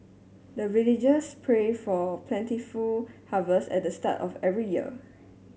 the villagers pray for plentiful harvest at the start of every year